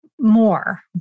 more